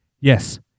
Yes